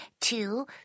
two